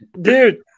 dude